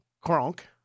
Kronk